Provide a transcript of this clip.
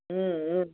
ம் ம்